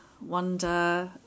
wonder